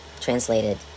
translated